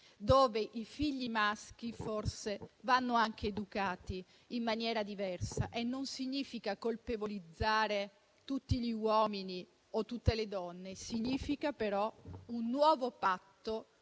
dove i figli maschi forse vanno educati in maniera diversa. E ciò non significa colpevolizzare tutti gli uomini o tutte le donne. Significa, però, sottoscrivere